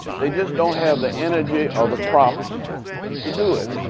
they just don't have the energy or the crops to do it.